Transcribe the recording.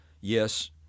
Yes